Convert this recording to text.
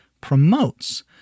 promotes